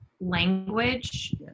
language